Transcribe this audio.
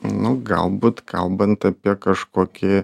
nu galbūt kalbant apie kažkokį